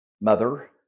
mother